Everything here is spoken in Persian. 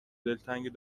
دلتنگ